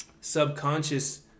subconscious